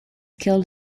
killed